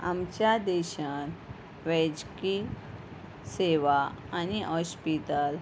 आमच्या देशांत वैजकी सेवा आनी ऑश्पितल